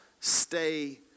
stay